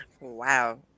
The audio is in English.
Wow